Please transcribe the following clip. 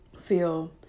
feel